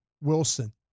Wilson